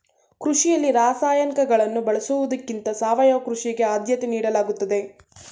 ಕೃಷಿಯಲ್ಲಿ ರಾಸಾಯನಿಕಗಳನ್ನು ಬಳಸುವುದಕ್ಕಿಂತ ಸಾವಯವ ಕೃಷಿಗೆ ಆದ್ಯತೆ ನೀಡಲಾಗುತ್ತದೆ